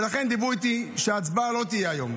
ולכן דיברו איתי שההצבעה לא תהיה היום,